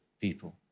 people